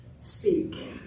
speak